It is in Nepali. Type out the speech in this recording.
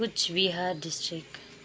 कुचबिहार डिस्ट्रिक